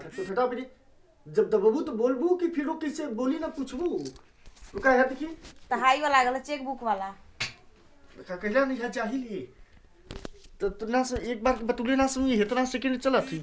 check book क दूसर प्रति खातिर भुगतान करना पड़ला